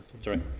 Sorry